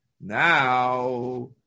Now